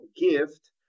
Gift